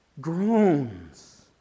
groans